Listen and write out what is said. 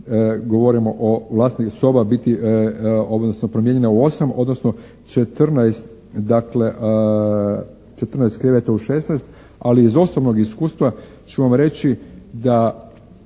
govorimo o vlasniku soba biti, odnosno promijenjena u 8, odnosno 14 dakle kreveta u 16. Ali iz osobnog iskustva ću vam reći da